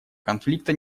конфликта